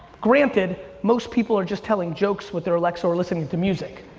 granted, most people are just telling jokes with their alexa or listening to music.